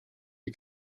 die